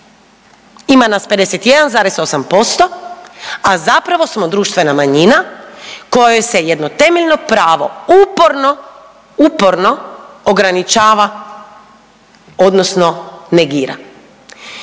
ima nas 51,8%, a zapravo smo društvena manjina kojoj se jedno temeljno pravo uporno, uporno ograničava odnosno negira